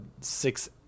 six